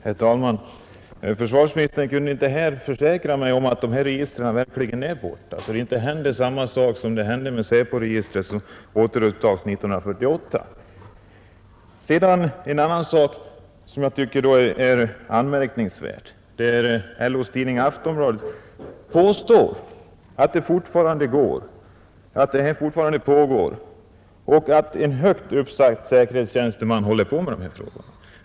Herr talman! Försvarsministern kunde inte försäkra mig om att de här registren verkligen är borta så att det inte inträffar samma sak som det hände med SÄPO-registret, som återupptogs 1948. En annan sak som jag tycker är anmärkningsvärd är att LO:s tidning Aftonbladet påstår att registrering fortfarande pågår och att en högt uppsatt säkerhetstjänsteman håller på med de här frågorna.